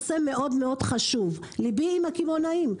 ליבי עם הקמעוניים.